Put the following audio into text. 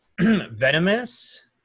venomous